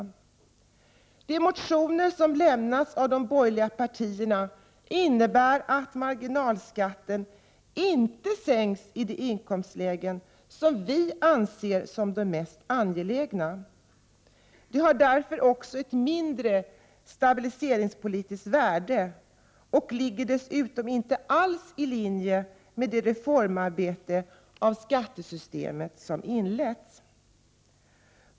De motioner som väckts av de borgerliga partierna innebär att marginalskatten inte sänks i de inkomstlägen som vi anser vara de mest angelägna. Förslagen i motionerna har därmed också ett mindre stabiliseringspolitiskt värde och ligger dessutom inte alls i linje med det reformarbete när det gäller skattesystemet som inletts.